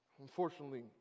Unfortunately